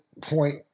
point